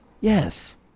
Yes